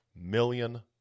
million